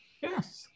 Yes